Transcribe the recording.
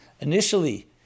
initially